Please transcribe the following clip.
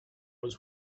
was